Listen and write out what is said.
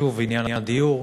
שוב עניין הדיור.